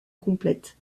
complète